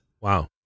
Wow